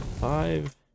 Five